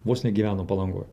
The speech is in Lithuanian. vos ne gyveno palangoj